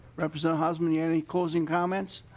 representative hausman yeah any closing comments?